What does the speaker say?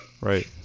right